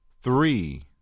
three